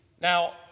Now